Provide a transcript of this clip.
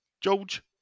George